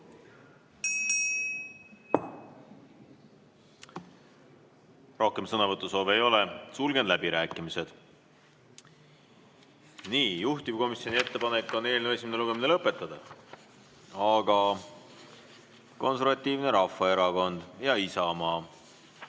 Rohkem sõnavõtusoove ei ole, sulgen läbirääkimised. Nii, juhtivkomisjoni ettepanek on eelnõu esimene lugemine lõpetada, aga Konservatiivne Rahvaerakond ja Isamaa